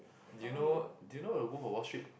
do you know do you know the Wolf of Wall Street